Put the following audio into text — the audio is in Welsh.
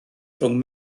rhwng